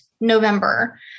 November